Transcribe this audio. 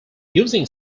using